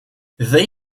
they